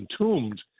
entombed